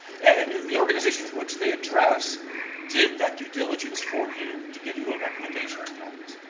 and the organizations which they address did that due diligence for you to give you a recommendation tonight.